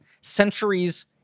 centuries